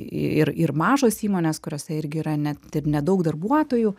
ir ir mažos įmonės kuriose irgi yra net ir nedaug darbuotojų